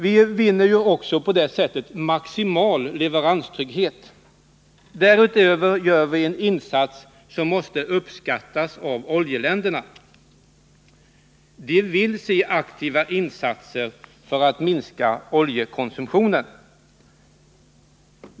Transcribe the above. Vi vinner också på detta sätt maximal leveranstrygghet. Därutöver gör vi en insats som måste uppskattas av oljeländerna. De vill se aktiva insatser för att minska oljekonsumtionen.